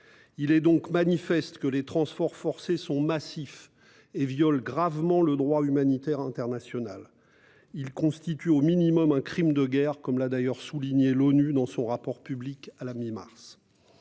Il est donc manifeste que les transports forcés sont massifs et violent gravement le droit humanitaire international. Ils constituent au minimum un crime de guerre, comme l'a d'ailleurs souligné l'ONU dans son rapport publié à la mi-mars.